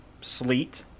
sleet